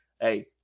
hey